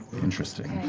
interesting.